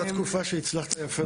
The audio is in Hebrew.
היתה תקופה שהצלחת יפה מאוד.